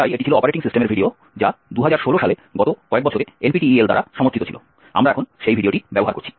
তাই এটি ছিল অপারেটিং সিস্টেমের ভিডিও যা 2016 সালে গত কয়েক বছরে NPTEL দ্বারা সমর্থিত ছিল আমরা এখন সেই ভিডিওটি ব্যবহার করছি